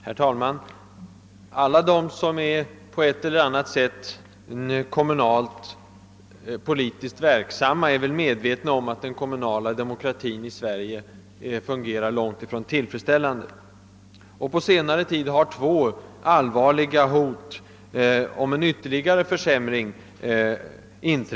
Herr talman! Alla de som är på ett eller annat sätt kommunalpolitiskt verk samma torde vara medvetna om att den kommunala demokratin i Sverige fungerar långtifrån tillfredsställande. På senare tid har två allvarliga hot om en ytterligare försämring uppkommit.